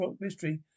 mystery